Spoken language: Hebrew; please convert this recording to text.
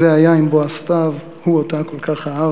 "זה היה עם בוא הסתיו, הוא אותה כל כך אהב".